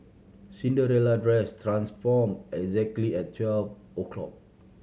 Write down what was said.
Cinderella dress transformed exactly at twelve o' clock